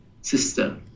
sister